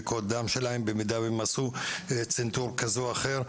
או אם הם עשו צנתור כזה או אחר.